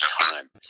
time